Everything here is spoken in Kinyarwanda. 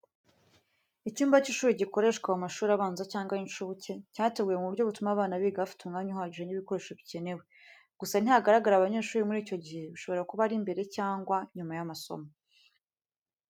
Icyumba cy’ishuri gikoreshwa mu mashuri abanza cyangwa ay’incuke, cyateguwe mu buryo butuma abana biga bafite umwanya uhagije n’ibikoresho bikenewe. Gusa ntihagaragara abanyeshuri muri icyo gihe, bishobora kuba ari mbere cyangwa nyuma y’amasomo.